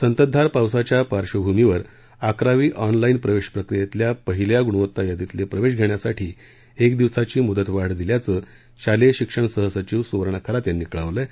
संततधार पावसाच्या पार्क्षभूमीवर अकरावी ऑनलाईन प्रवेश प्रक्रियेतल्या पहिल्या गुणवत्ता यादीतले प्रवेश घेण्यासाठी एक दिवसाची मुदतवाढ दिल्याचं शालेय शिक्षण सहसचिव सुवर्णा खरात यांनी कळवलं आहे